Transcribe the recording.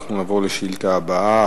אנחנו נעבור לשאילתא הבאה,